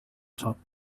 top